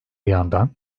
yandan